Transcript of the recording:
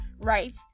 right